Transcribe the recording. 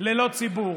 ללא ציבור.